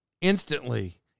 Instantly